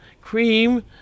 cream